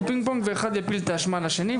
פינג פונג ואחד יפיל את האשמה על השני.